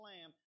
lamb